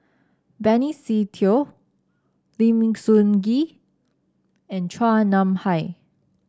Benny Se Teo Lim Sun Gee and Chua Nam Hai